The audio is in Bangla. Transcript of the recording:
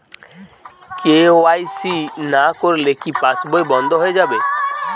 কে.ওয়াই.সি না করলে কি পাশবই বন্ধ হয়ে যাবে?